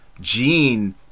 Gene